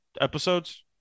episodes